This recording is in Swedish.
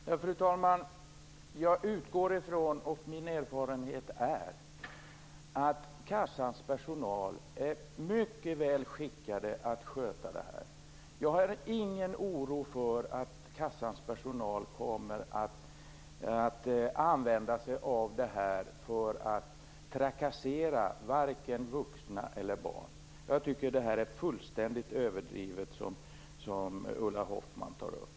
Fru talman! Jag utgår från, och min erfarenhet är, att kassans personal är mycket väl skickad att sköta detta. Jag har ingen oro för att kassans personal kommer att använda sig av detta för att trakassera vare sig vuxna eller barn. Jag tycker att det Ulla Hoffmann tar upp är fullkomligt överdrivet.